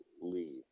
Lee